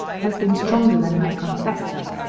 has been stronger than my confessor,